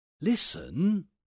Listen